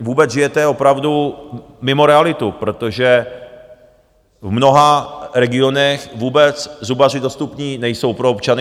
Vůbec, žijete opravdu mimo realitu, protože v mnoha regionech vůbec zubaři dostupní nejsou pro občany.